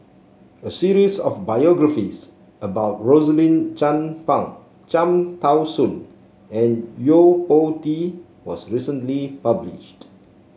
a series of biographies about Rosaline Chan Pang Cham Tao Soon and Yo Po Tee was recently published